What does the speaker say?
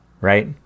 right